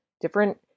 different